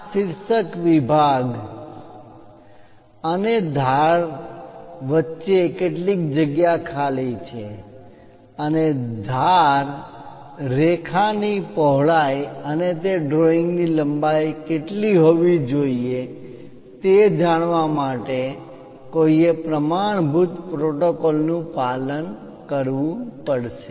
આ શીર્ષક વિભાગ ટાઈટલ બ્લોક title block અને ધાર કોર વચ્ચે કેટલી જગ્યા ખાલી છે અને ધાર કોર રેખાની પહોળાઈ અને તે ડ્રોઇંગની લંબાઈ કેટલી હોવી જોઈએ તે જાણવા માટે કોઈએ પ્રમાણભૂત પ્રોટોકોલનું પાલન કરવું પડશે